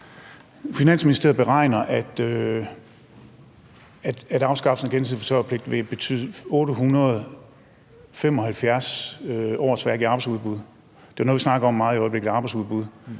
Finansministeriet beregner, at afskaffelsen af gensidig forsørgerpligt vil betyde 875 årsværk i arbejdsudbud. Det er noget, vi snakker meget om